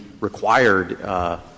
required